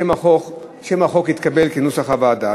שם החוק התקבל כנוסח הוועדה.